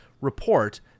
report